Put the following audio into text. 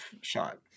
shot